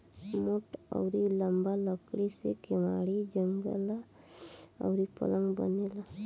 मोट अउरी लंबा लकड़ी से केवाड़ी, जंगला अउरी पलंग बनेला